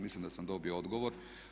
Mislim da sam dobio odgovor.